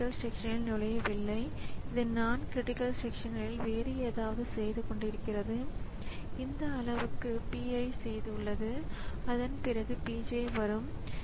program இயங்கும் போது வேறு ஒரு ப்ரோக்ராம் அச்சுப்பொறியில் ஏதாவது அறிக்கை ஒன்றை வெளியிடுவது போன்ற ஒரு வேலையை வழங்கியிருக்கலாம்